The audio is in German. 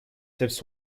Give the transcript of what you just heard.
selbst